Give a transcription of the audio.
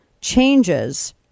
changes